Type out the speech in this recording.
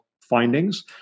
findings